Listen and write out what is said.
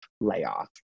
layoff